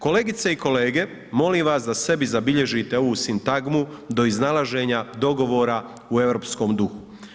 Kolegice i kolege, molim vas da sebi zabilježite ovu sintagmu do iznalaženja dogovora u europskom duhu.